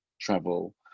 travel